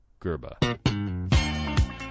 gerba